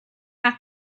have